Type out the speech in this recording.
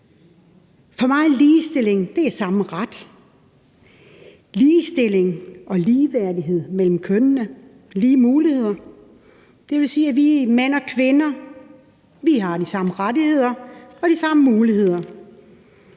For mig er ligestilling samme ret, ligestilling og ligeværdighed mellem kønnene, lige muligheder. Det vil sige, at vi mænd og kvinder har de samme rettigheder og de samme muligheder.